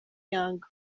yanga